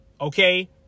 okay